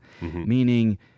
meaning